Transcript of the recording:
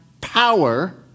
power